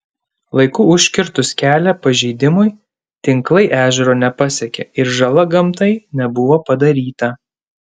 laiku užkirtus kelią pažeidimui tinklai ežero nepasiekė ir žala gamtai nebuvo padaryta